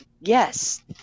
yes